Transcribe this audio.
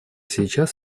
сейчас